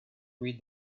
read